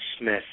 Smith